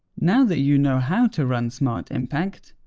now that you know how to run smart impact,